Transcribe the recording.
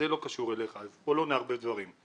בואו לא נערבב דברים.